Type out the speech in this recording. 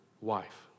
wife